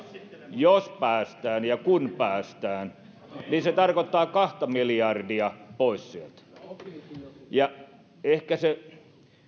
jos päästään ja kun päästään niin se tarkoittaa kahta miljardia pois sieltä se